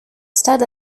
stade